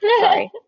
Sorry